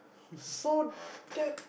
so that